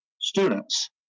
students